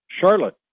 Charlotte